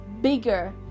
bigger